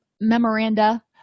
memoranda